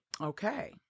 Okay